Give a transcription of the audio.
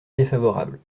défavorable